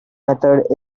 method